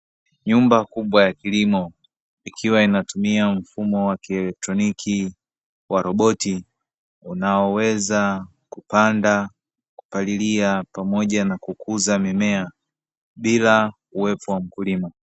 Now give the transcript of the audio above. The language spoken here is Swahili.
Nyumba kubwa ya kilimo ikiwa inatumia mfumo wa kielektroniki wa roboti unaoweza kupalilia pamoja na kukuza mimea bila uwepo wa mkulima.